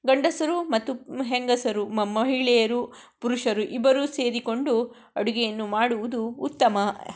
ಗಂಡಸರು ಮತ್ತು ಹೆಂಗಸರು ಮಹಿಳೆಯರು ಪುರುಷರು ಇಬ್ಬರೂ ಸೇರಿಕೊಂಡು ಅಡುಗೆಯನ್ನು ಮಾಡುವುದು ಉತ್ತಮ